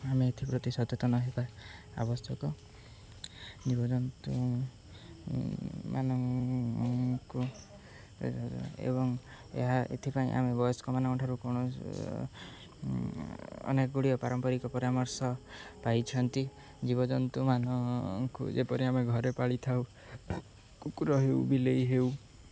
ଆମେ ଏଥିପ୍ରତି ସଚେତନ ହେବା ଆବଶ୍ୟକ ଜୀବଜନ୍ତୁ ମମାନଙ୍କୁ ଏବଂ ଏହା ଏଥିପାଇଁ ଆମେ ବୟସ୍କମାନଙ୍କଠାରୁ କୌଣସି ଅନେକ ଗୁଡ଼ିଏ ପାରମ୍ପରିକ ପରାମର୍ଶ ପାଇଛନ୍ତି ଜୀବଜନ୍ତୁମାନଙ୍କୁ ଯେପରି ଆମେ ଘରେ ପାଳିଥାଉ କୁକୁର ହେଉ ବିଲେଇ ହେଉ